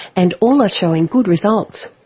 and all are showing good results.